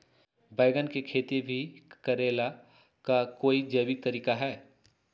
बैंगन के खेती भी करे ला का कोई जैविक तरीका है?